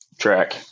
track